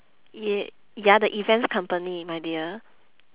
ye~ ya the events company my dear